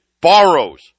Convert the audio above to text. borrows